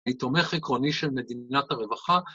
מתומך עקרוני של מדינת הרווחה.